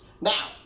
Now